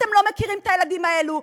אתם לא מכירים את הילדים האלה,